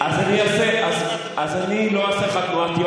אז אני לא אעשה לך תנועות יד,